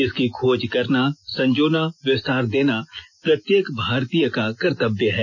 इसकी खोज करना संजोना विस्तार देना प्रत्येक भारतीय का कर्तव्य है